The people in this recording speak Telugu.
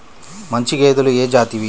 మంచి గేదెలు ఏ జాతివి?